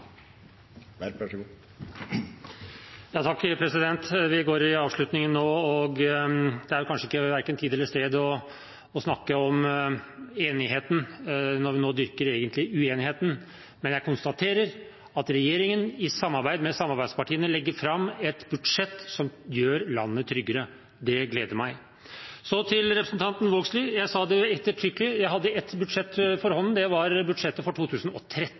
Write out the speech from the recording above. Vi går mot avslutningen, og det er kanskje verken tid til eller stedet for å snakke om enigheten når vi nå egentlig dyrker uenigheten, men jeg konstaterer at regjeringen i samarbeid med samarbeidspartiene legger fram et budsjett som gjør landet tryggere. Det gleder meg. Så til representanten Vågslid: Jeg sa det ettertrykkelig. Jeg hadde ett budsjett for hånden. Det var budsjettet for 2013,